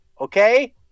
Okay